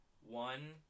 one